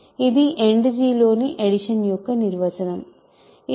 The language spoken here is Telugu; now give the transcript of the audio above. ఇది End లోని అడిషన్ యొక్క నిర్వచనం ఇది వాస్తవానికి ab